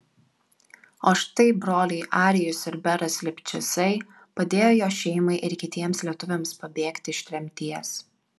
o štai broliai arijus ir beras lipšicai padėjo jo šeimai ir kitiems lietuviams pabėgti iš tremties